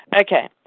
Okay